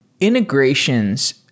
integrations